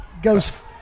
Goes